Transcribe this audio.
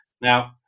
now